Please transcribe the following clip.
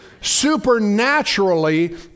supernaturally